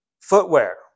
footwear